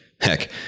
Heck